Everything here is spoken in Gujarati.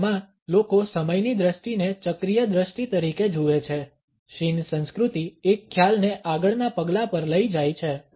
એશિયામાં લોકો સમયની દ્રષ્ટિને ચક્રીય દ્રષ્ટિ તરીકે જુએ છે શિન સંસ્કૃતિ એક ખ્યાલને આગળના પગલા પર લઈ જાય છે